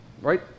right